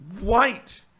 White